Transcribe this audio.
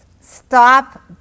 Stop